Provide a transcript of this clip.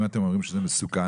אם אתם אומרים שזה מסוכן,